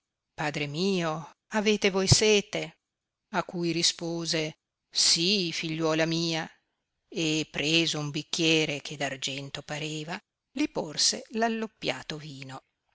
padre mio avete voi sete a cui rispose sì figliuola mia e preso un bicchiere che d'argento pareva li porse alloppiato vino